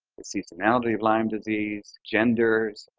the seasonality of lyme disease, genders,